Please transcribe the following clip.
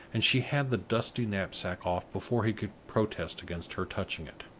and she had the dusty knapsack off, before he could protest against her touching it.